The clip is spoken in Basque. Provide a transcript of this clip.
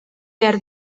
behar